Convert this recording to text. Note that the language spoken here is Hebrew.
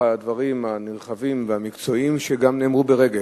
אנחנו מודים לך על הדברים הנרחבים והמקצועיים שגם נאמרו ברגש.